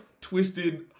twisted